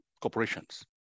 corporations